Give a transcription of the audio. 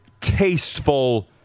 tasteful